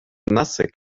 nasse